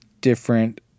different